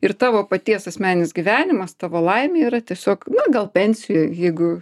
ir tavo paties asmeninis gyvenimas tavo laimė yra tiesiog na gal pensijoj jeigu